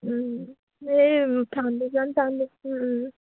এই ফাউণ্ডেশ্যন চাউণ্ডেশ্যন